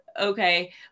okay